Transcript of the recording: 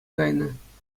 кайнӑ